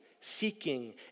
seeking